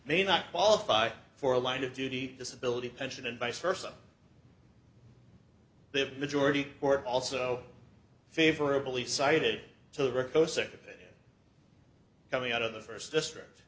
may not qualify for a line of duty disability pension and vice versa the majority court also favorably cited to the record circuit coming out of the first district